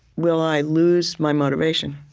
will i lose my motivation?